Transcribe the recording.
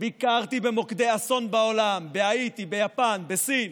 ביקרתי במוקדי אסון בעולם בהאיטי, ביפן, בסין.